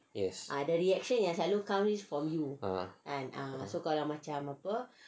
yes ah